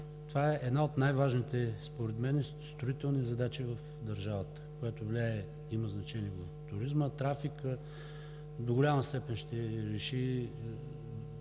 това е една от най-важните строителни задачи в държавата, която влияе и има значение в туризма, трафика. До голяма степен ще реши